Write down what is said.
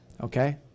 Okay